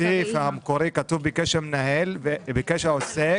בסעיף המקורי כתוב ביקש המנהל, ביקש העוסק.